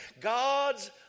God's